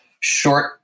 short